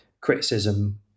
criticism